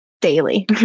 daily